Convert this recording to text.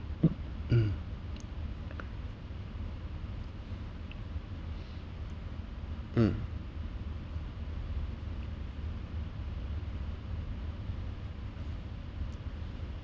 mm mm